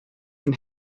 and